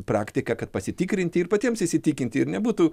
praktiką kad pasitikrinti ir patiems įsitikinti ir nebūtų